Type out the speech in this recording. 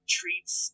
treats